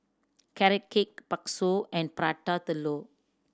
Carrot Cake bakso and Prata Telur